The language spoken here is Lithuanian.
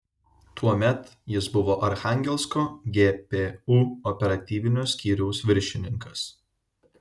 tuomet jis buvo archangelsko gpu operatyvinio skyriaus viršininkas